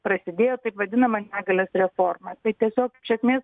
prasidėjo taip vadinama negalios reforma tai tiesiog iš esmės